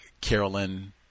Carolyn